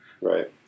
Right